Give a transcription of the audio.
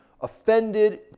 offended